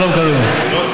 שלום, קארין.